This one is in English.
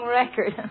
record